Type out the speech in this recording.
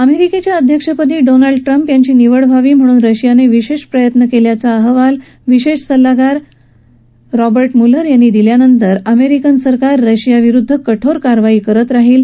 अमेरिकेच्या अध्यक्षपदी Donald Trump यांची निवड व्हावी म्हणून रशियाने विशेष प्रयत्न केल्याचा अहवाल विशेष सल्लागार रॉबर्ट मुलर यांनी दिल्यानंतर अमेरिकन सरकार रशियाविरुद्ध कठोर कारवाई करीत राहील